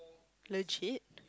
legit